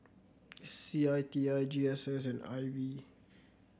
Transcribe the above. C I T I G S S and I B